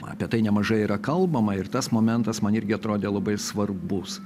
apie tai nemažai yra kalbama ir tas momentas man irgi atrodė labai svarbus